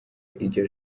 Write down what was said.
iryo